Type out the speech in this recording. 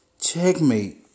Checkmate